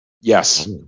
Yes